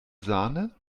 sahne